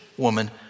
woman